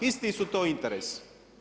Isti su to interesi.